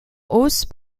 hausse